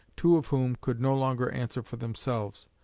two of whom could no longer answer for themselves,